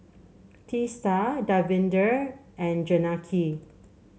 Teesta Davinder and Janaki